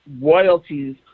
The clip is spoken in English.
royalties